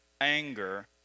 anger